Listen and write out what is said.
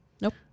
Nope